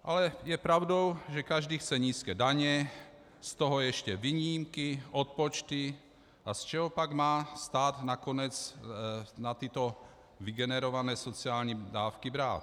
Ale je pravdou, že každý chce nízké daně, z toho ještě výjimky, odpočty, a z čeho pak má stát nakonec na tyto vygenerované sociální dávky brát?